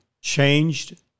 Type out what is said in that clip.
changed